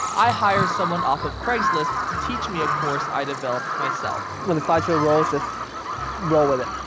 i hire someone off of craigslist to teach me a course i developed myself. when the slideshow rolls, just roll with it.